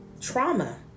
trauma